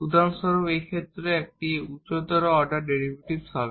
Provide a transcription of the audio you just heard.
উদাহরণস্বরূপ এই ক্ষেত্রে এটি উচ্চতর অর্ডার ডেরিভেটিভ হবে